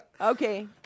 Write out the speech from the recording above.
Okay